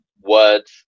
words